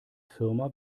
firma